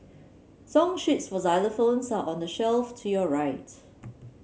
song sheets for xylophones are on the shelf to your right